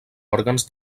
òrgans